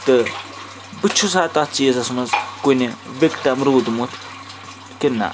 تہٕ بہٕ چھُسا تَتھ چیٖزَس منٛز کُنہِ وِکٹم روٗدمُت کہِ نہ